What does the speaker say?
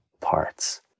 parts